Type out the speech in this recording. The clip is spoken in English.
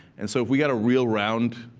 and so if we got a real round,